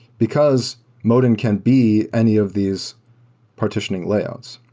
because modin can be any of these partitioning layouts.